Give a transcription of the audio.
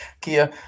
Kia